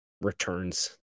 returns